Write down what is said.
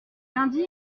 lundi